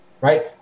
Right